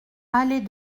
allée